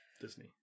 Disney